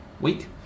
Week